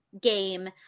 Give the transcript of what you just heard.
game